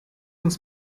uns